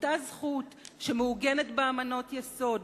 אותה זכות שמעוגנת באמנות יסוד,